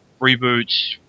reboots